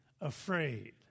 afraid